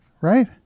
right